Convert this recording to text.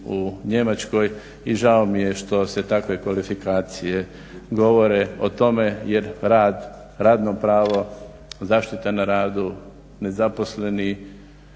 u Njemačkoj i žao mi je što se takve kvalifikacije govore o tome jer rad, radno pravo, zaštita na radu, nezaposleni